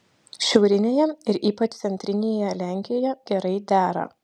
šiaurinėje ir ypač centrinėje lenkijoje gerai dera